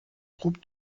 groupe